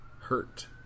hurt